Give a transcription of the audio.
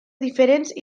diferents